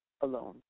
alone